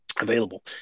available